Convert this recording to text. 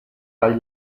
kaj